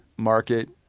market